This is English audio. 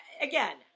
again